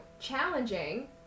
challenging